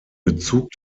bezug